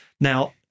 Now